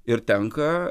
ir tenka